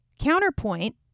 counterpoint